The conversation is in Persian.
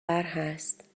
هست